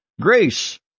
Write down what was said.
Grace